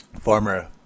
former